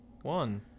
One